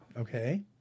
Okay